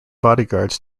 bodyguards